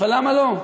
אבל למה לא?